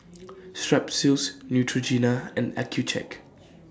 Strepsils Neutrogena and Accucheck